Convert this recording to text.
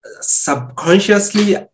subconsciously